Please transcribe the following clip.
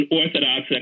orthodox